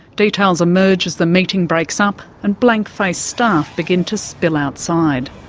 details emerge as the meeting breaks up and blank-faced staff begin to spill outside.